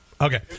Okay